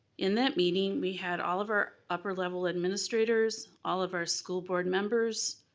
in that meeting, we had all of our upper level administrators, all of our school board members,